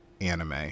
anime